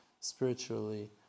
spiritually